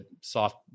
soft